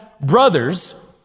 brothers